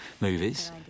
movies